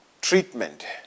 treatment